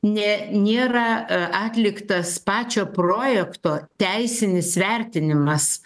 ne nėra atliktas pačio projekto teisinis vertinimas